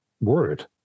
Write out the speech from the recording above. word